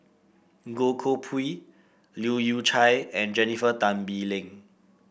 Goh Koh Pui Leu Yew Chye and Jennifer Tan Bee Leng